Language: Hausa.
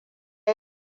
ya